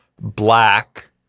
black